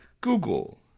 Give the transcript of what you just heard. Google